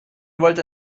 wollte